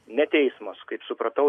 ne teismas kaip supratau